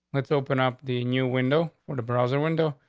let's open up the new window or the browser window,